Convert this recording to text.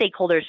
stakeholders